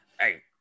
Hey